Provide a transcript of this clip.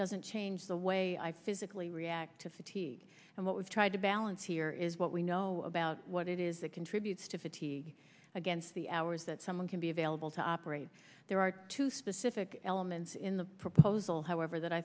doesn't change the way i physically react to fatigue and what we've tried to balance here is what we know about what it is that it's to fatigue against the hours that someone can be available to operate there are two specific elements in the proposal however that i